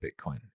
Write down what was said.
bitcoin